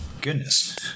goodness